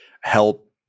help